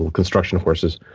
construction horses.